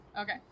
Okay